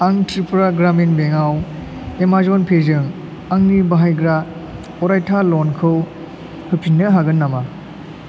आं त्रिपुरा ग्रामिन बेंकआव एमाजन पेजों आंनि बाहायग्रा अरायथा लनखौ होफिन्नो हागोन नामा